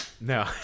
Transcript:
No